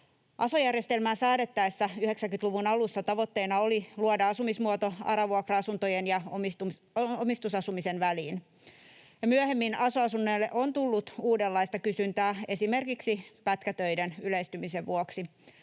Aso-järjestelmää säädettäessä 90-luvun alussa tavoitteena oli luoda asumismuoto ARA-vuokra-asuntojen ja omistusasumisen väliin. Myöhemmin aso-asunnoille on tullut uudenlaista kysyntää esimerkiksi pätkätöiden yleistymisen vuoksi.